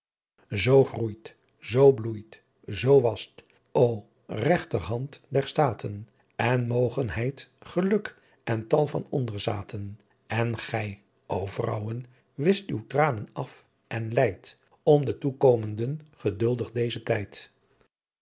zoo groeit zoo bloeit zoo wast o rechterhandt der staaten in moogenheidt geluk en tal van onderzaaten en gy o vrouwen wischt uw tranen af en lijdt om den toekomenden geduldigh dezen tijdt